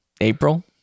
april